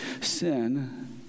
sin